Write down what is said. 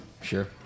sure